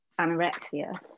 anorexia